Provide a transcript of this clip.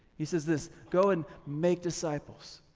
he says this, go and make disciples.